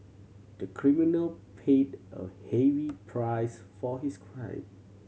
the criminal paid a heavy price for his crime